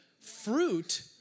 fruit